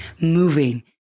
moving